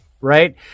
right